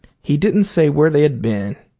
he didn't say where they had been.